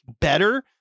better